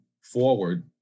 forward